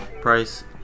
price